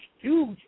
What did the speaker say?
huge